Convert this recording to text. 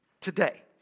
today